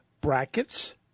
brackets